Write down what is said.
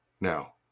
now